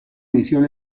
misión